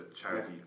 charity